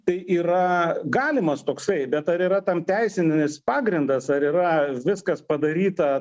tai yra galimas toksai bet ar yra tam teisinis pagrindas ar yra viskas padaryta